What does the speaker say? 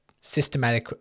systematic